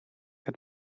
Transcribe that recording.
het